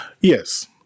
yes